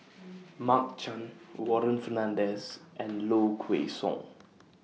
Mark Chan Warren Fernandez and Low Kway Song